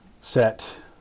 set